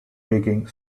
digging